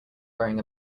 wearing